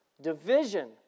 division